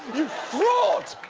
frauds!